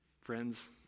friends